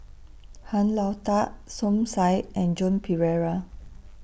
Han Lao DA Som Said and Joan Pereira